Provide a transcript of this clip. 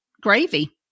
gravy